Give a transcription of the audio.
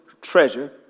Treasure